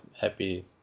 happy